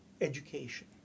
education